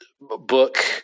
Book